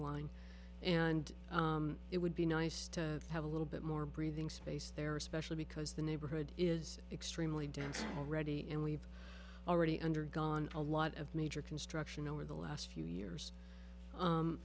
line and it would be nice to have a little bit more breathing space there especially because the neighborhood is extremely dense already and we've already undergone a lot of major construction over the last few years